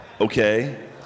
okay